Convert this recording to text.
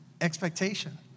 expectation